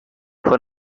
put